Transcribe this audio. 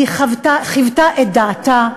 היא חיוותה את דעתה,